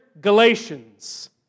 Galatians